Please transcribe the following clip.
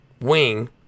wing